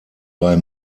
bei